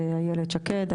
איילת שקד.